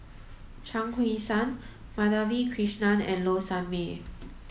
Chuang Hui Tsuan Madhavi Krishnan and Low Sanmay